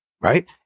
Right